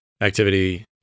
activity